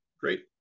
Great